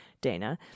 Dana